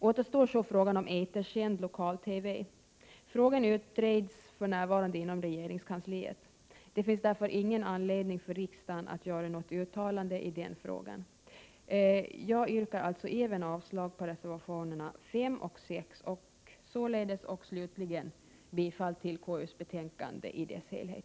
Återstår så frågan om etersänd lokal-TV. Frågan utreds inom regeringskansliet. Det finns därför ingen anledning för riksdagen att göra något uttalande i den frågan. Jag yrkar alltså avslag även på reservationerna 5 och 6, samt slutligen bifall till hemställan i konstitutionsutskottets betänkande i dess helhet.